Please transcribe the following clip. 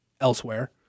elsewhere